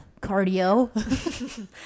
cardio